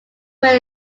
when